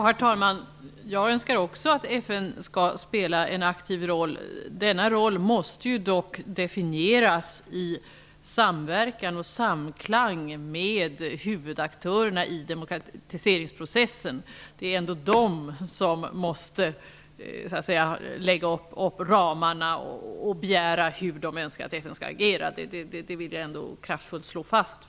Herr talman! Jag önskar också att FN skall spela en aktiv roll. Denna roll måste dock definieras i samverkan och samklang med huvudaktörerna i demokratiseringsprocessen. Det är de som måste sätta upp ramarna och tala om hur de önskar att FN skall agera. Det vill jag kraftfullt slå fast.